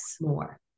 more